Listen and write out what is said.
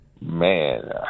Man